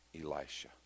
Elisha